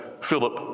Philip